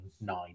nine